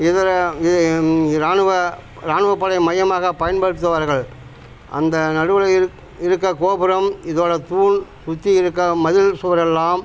இதில் இது இ ராணுவ ராணுவப்படை மையமாகப் பயன்படுத்துவார்கள் அந்த நடுவில் இருக் இருக்கற கோபுரம் இதோடய தூண் சுற்றி இருக்கற மதில் சுவரெல்லாம்